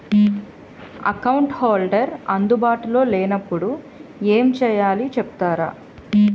Account holder అందు బాటులో లే నప్పుడు ఎం చేయాలి చెప్తారా?